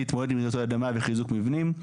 להתמודד עם רעידות אדמה וחיזוק מבנים.